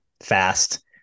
fast